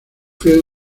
film